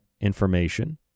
information